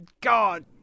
god